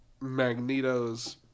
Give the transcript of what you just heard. Magneto's